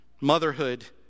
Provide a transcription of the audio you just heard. motherhood